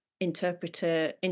interpreter